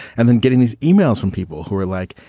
and then getting these emails from people who are like,